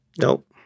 nope